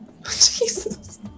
jesus